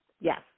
yes